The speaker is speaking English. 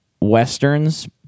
westerns